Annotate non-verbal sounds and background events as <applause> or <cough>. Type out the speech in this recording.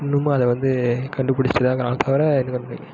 இன்னுமும் அதை வந்து கண்டுபுடிச்சிட்டு தான் இருக்கிறாங்களே தவிர <unintelligible>